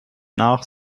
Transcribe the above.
nach